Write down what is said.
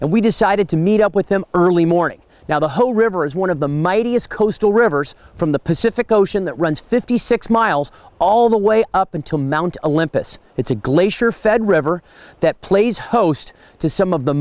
and we decided to meet up with them early morning now the whole river is one of the mightiest coastal rivers from the pacific ocean that runs fifty six miles all the way up until mt olympus it's a glacier fed river that plays host to some of the